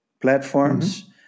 platforms